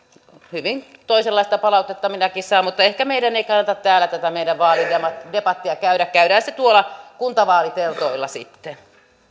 hyvin toisenlaistakin palautetta minä saan mutta ehkä meidän ei kannata täällä tätä meidän vaalidebattiamme käydä käydään se tuolla kuntavaaliteltoilla sitten